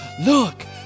Look